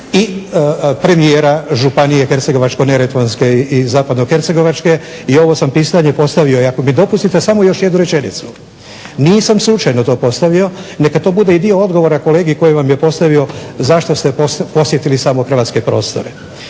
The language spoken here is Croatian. i premijera Županije hercegovačko-neretvanske i zapadno-hercegovačke i ovo sam pitanje postavio. I ako mi dopustite samo još jednu rečenicu. Nisam slučajno to postavio. Neka to bude i dio odgovora kolegi koji vam je postavio zašto ste posjetili samo hrvatske prostore.